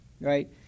right